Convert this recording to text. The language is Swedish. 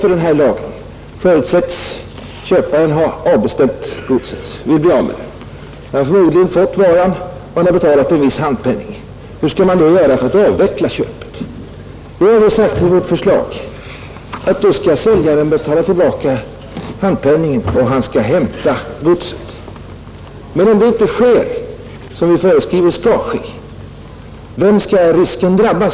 Problemet är hur man skall förfara när köparen har avbeställt godset och vill bli av med det. Han har fått varan och har förmodligen betalat en viss handpenning. Hur skall man göra för att avveckla köpet? Vi har sagt i vårt förslag att då skall säljaren betala tillbaka handpenningen och hämta godset. Men om det inte sker, som vi föreskriver skall ske, vem skall så att säga risken drabba?